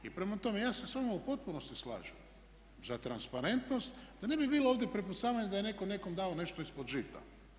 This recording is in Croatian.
I prema tome, ja se sa vama u potpunosti slažem za transparentnost da ne bi bilo ovdje prepucavanja da je netko nekom dao nešto ispod žita.